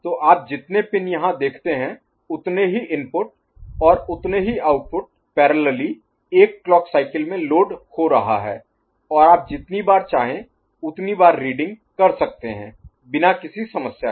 तो आप जितने पिन यहाँ देखते हैं उतने ही इनपुट और उतने ही आउटपुट पैरेलली एक क्लॉक साइकिल में लोड हो रहा है और आप जितनी बार चाहें उतनी बार रीडिंग कर सकते हैं बिना किसी समस्या के